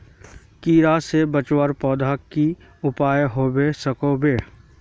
कीड़ा से पौधा बचवार की की उपाय होबे सकोहो होबे?